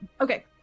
Okay